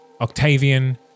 Octavian